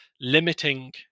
limiting